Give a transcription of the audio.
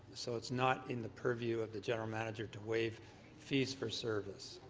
so it's not in the purview of the general manager to waive fees for service.